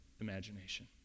imagination